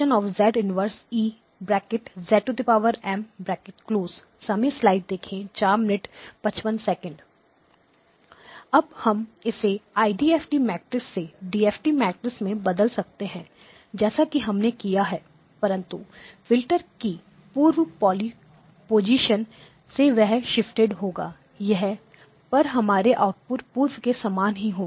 M −1 H ∑ z−l E l0 अब हम इससे आईडीएफटी मेट्रिक से डीएफटी मैट्रिक्स में बदल सकते हैं जैसा कि हमने किया है परंतु फिल्टर की पूर्व पोजीशन से वह शिफ्टेड होगा पर हमारा आउटपुट पूर्व के समान ही होगा